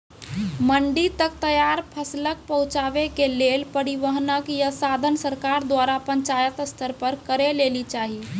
मंडी तक तैयार फसलक पहुँचावे के लेल परिवहनक या साधन सरकार द्वारा पंचायत स्तर पर करै लेली चाही?